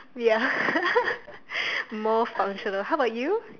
ya more functional how about you